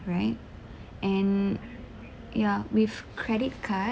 right and ya with credit card